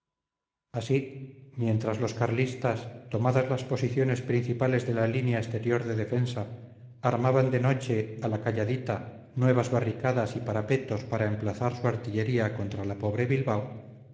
así mientras los carlistas tomadas las posiciones principales de la línea exterior de defensa armaban de noche a la calladita nuevas barricadas y parapetos para emplazar su artillería contra la pobre bilbao